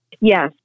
yes